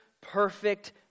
perfect